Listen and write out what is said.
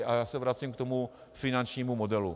A já se vracím k tomu finančnímu modelu.